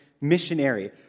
missionary